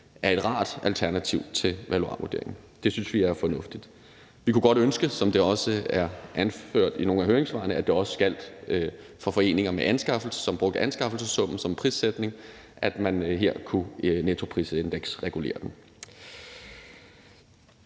er et rart alternativ til valuarvurderingen. Det synes vi er fornuftigt. Vi kunne godt ønske, som det også er anført i nogle af høringssvarene, at det også gjaldt for foreninger, som brugte anskaffelsessummen som prissætning, at man her kunne nettoprisindeksregulere dem.